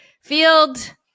Field